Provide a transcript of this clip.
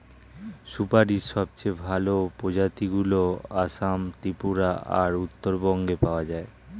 সুপারীর সবচেয়ে ভালো প্রজাতিগুলো আসাম, ত্রিপুরা আর উত্তরবঙ্গে পাওয়া যায়